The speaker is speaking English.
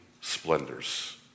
splendors